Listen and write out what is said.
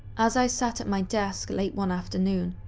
as i sat at my desk late one afternoon,